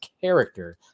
character